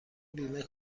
بیمه